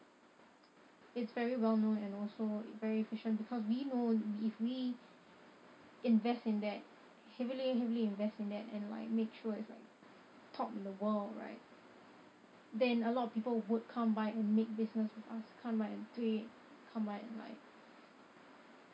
it's very well known and also it very efficient because we know if we invest in that heavily heavily invest in that and like make sure it's like top in the world right then a lot of people would come by and make business come by and trade come by and like